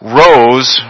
rose